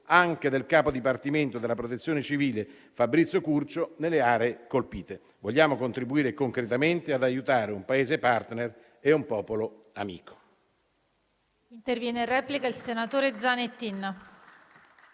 anche del capo dipartimento della protezione civile Fabrizio Curcio nelle aree colpite. Vogliamo contribuire concretamente ad aiutare un Paese *partner* e un popolo amico.